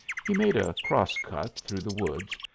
he made a cross-cut through the woods,